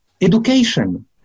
education